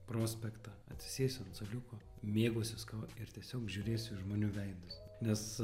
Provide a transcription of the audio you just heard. prospektą atsisėsiu ant suoliuko mėgausiuos kava ir tiesiog žiūrėsiu į žmonių veidus nes